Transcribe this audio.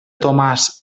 tomàs